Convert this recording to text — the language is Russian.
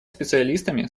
специалистами